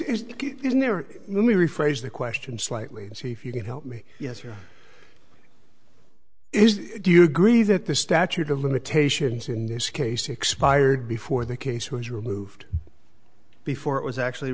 case isn't there let me rephrase the question slightly and see if you can help me yes here is do you agree that the statute of limitations in this case expired before the case was removed before it was actually